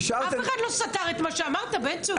אף אחד לא סתר את מה שאמרת, בן צור.